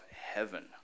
heaven